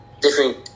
Different